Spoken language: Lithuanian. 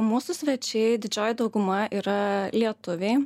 mūsų svečiai didžioji dauguma yra lietuviai